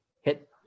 hit